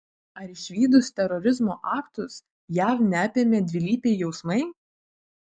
ar išvydus terorizmo aktus jav neapėmė dvilypiai jausmai